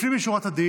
לפנים משורת הדין,